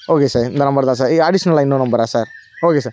okay sir இந்த number தான் sir இது அடிஷ்னலாக இன்னொரு நம்பரா சார் ஓகே சார்